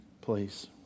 please